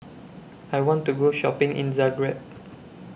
I want to Go Shopping in Zagreb